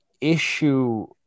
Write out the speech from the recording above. issue